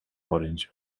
orange